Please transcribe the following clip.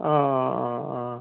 অঁ অঁ অঁ অঁ